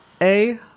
A-